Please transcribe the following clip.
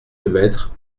lemaître